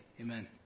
amen